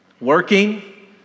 working